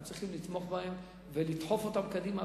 אנחנו צריכים לתמוך בהם ולדחוף אותם קדימה,